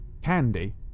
candy